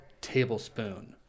tablespoon